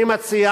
אני מציע